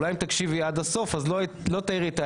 אולי אם תקשיבי עד הסוף, לא תעירי את ההערות האלה.